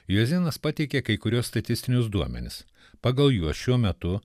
juzėnas pateikė kai kuriuos statistinius duomenis pagal juos šiuo metu